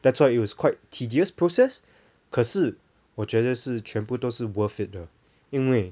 that's why it was quite tedious process 可是我觉得是全部都是 worth it 的因为